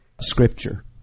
Scripture